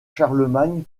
charlemagne